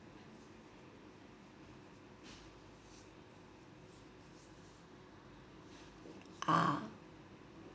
ah